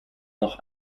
noch